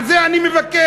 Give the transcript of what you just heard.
על זה אני מבקש.